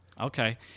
Okay